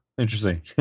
Interesting